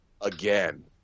again